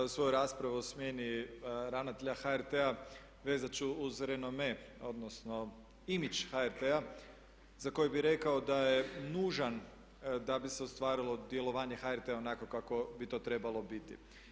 Svoju raspravu o smjeni ravnatelja HRT-a vezat ću uz renome, odnosno image HRT-a za koji bih rekao da je nužan da bi se ostvarilo djelovanje HRT-a onako kako bi to trebalo biti.